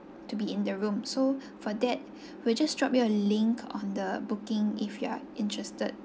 to be in the room so for that we'll just drop you a link on the booking if you are interested